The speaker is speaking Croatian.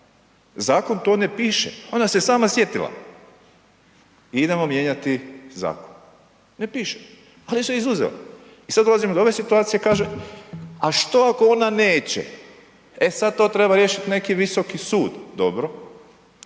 zakon to ne piše, ona se sama sjetila, idemo mijenjati zakon. Ne piše, ali se izuzela. I sada dolazimo do ove situacije kaže, a što ako ona neće, e sada to treba riješiti neki visoki sud, dobro